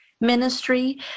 ministry